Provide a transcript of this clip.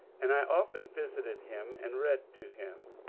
and i often visited him and read to him.